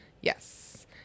Yes